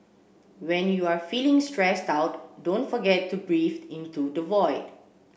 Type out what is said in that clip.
when you are feeling stressed out don't forget to breathe into the void